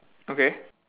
okay